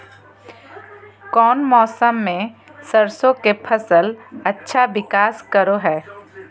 कौन मौसम मैं सरसों के फसल अच्छा विकास करो हय?